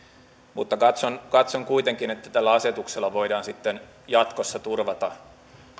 mutta katson katson kuitenkin että tällä asetuksella voidaan sitten jatkossa turvata